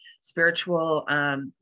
spiritual